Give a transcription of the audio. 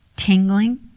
tingling